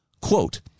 Quote